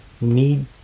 need